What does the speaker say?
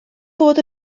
fod